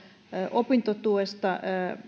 opintotuesta